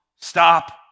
stop